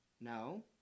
No